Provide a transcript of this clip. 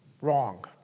Wrong